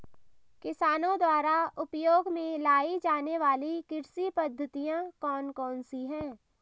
किसानों द्वारा उपयोग में लाई जाने वाली कृषि पद्धतियाँ कौन कौन सी हैं?